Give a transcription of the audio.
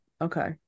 Okay